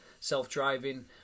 self-driving